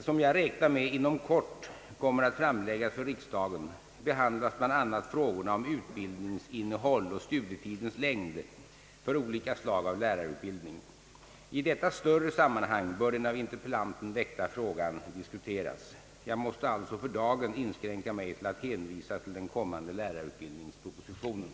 som jag räknar med inom kort kommer att framläggas för riksdagen behandlas bl.a. frågorna om utbildningsinnehåll och studietidens längd för olika slag av lärarutbildning. I detta större sammanhang bör den av interpellanten väckta frågan diskuteras. Jag måste alltså för dagen inskränka mig till att hänvisa till den kommande lärarutbildningspropositionen.